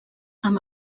amb